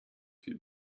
viel